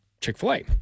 Chick-fil-A